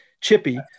chippy